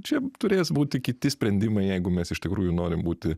čia turės būti kiti sprendimai jeigu mes iš tikrųjų norim būti